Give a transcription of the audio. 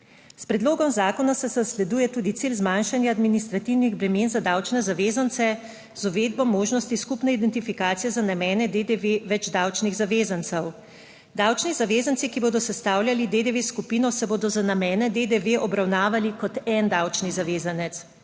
S predlogom zakona se zasleduje tudi cilj zmanjšanja administrativnih bremen za davčne zavezance z uvedbo možnosti skupne identifikacije za namene DDV več davčnih zavezancev. Davčni zavezanci, ki bodo sestavljali DDV skupino, se bodo za namene DDV obravnavali kot en davčni zavezanec.